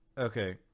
Okay